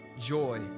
joy